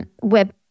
web